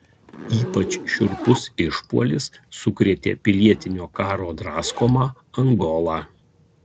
ypač šiurpus išpuolis sukrėtė pilietinio karo draskomą angolą